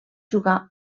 jugar